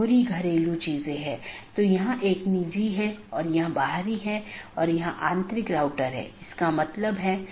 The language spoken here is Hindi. तीसरा वैकल्पिक सकर्मक है जो कि हर BGP कार्यान्वयन के लिए आवश्यक नहीं है